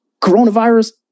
coronavirus